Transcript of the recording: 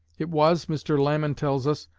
it was, mr. lamon tells us,